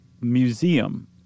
museum